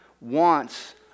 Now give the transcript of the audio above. wants